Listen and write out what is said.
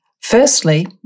Firstly